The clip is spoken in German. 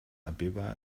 abeba